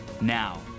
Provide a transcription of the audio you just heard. Now